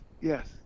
Yes